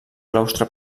claustre